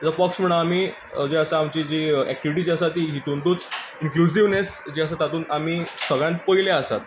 as a पक्ष म्हणून आमी जे आसा आमची एक्टिविटी जी आसा ती हितुंतूच इन्क्लुसिव्हनस जी आसा तातूंत आमी सगळ्यांत पयले आसात